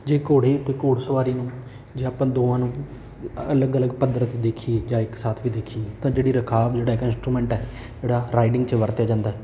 ਜੇ ਘੋੜੇ ਅਤੇ ਘੋੜ ਸਵਾਰੀ ਨੂੰ ਜੇ ਆਪਾਂ ਦੋਵਾਂ ਨੂੰ ਅਲੱਗ ਅਲੱਗ ਪੱਧਰ 'ਤੇ ਦੇਖੀਏ ਜਾਂ ਇੱਕ ਸਾਥ ਵੀ ਦੇਖੀ ਤਾਂ ਜਿਹੜੀ ਰਕਾਬ ਜਿਹੜਾ ਹੈਗਾ ਇੰਸਟਰੂਮੈਂਟ ਹੈ ਜਿਹੜਾ ਰਾ ਰਾਈਡਿੰਗ 'ਚ ਵਰਤਿਆ ਜਾਂਦਾ